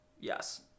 Yes